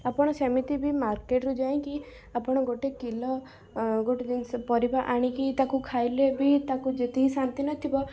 ଆପଣ ସେମିତି ବି ମାର୍କେଟରୁ ଯାଇକି ଆପଣ ଗୋଟେ କିଲୋ ଅଁ ଗୋଟେ ଜିନିଷ ପରିବା ଆଣିକି ତାକୁ ଖାଇଲେ ବି ତାକୁ ଯେତିକି ଶାନ୍ତି ନ ଥିବ